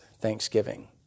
thanksgiving